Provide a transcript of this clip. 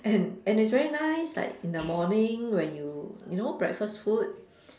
and it's very nice like in the morning when you you know breakfast food